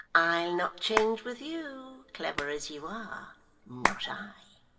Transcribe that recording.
i'll not change with you, clever as you are not i